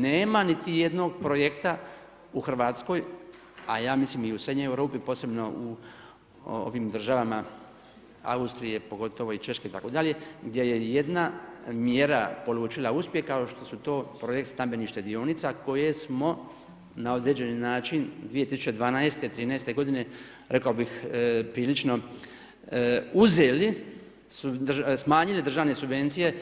Nema niti jednog projekta u Hrvatskoj, a ja mislim i u Srednjoj Europi, posebno u ovim državama Austrije, Češke itd., gdje je jedna mjera polučila uspjeh kao što su to projekt stambenih štedionica koje smo na određeni način 2012., 2013. godine rekao bih prilično uzeli smanjili državne subvencije